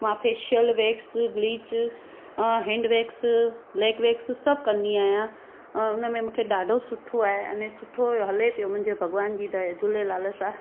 मां facial wax bleach hand wax leg wax सभु कंदी आहियां उन में मूंखे ॾाढो सुठो आहे अने सुठो हले पियो मुंहिंजे भॻिवान जी दया झूलेलाल सां